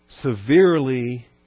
severely